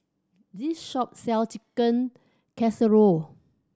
this shop sell Chicken Casserole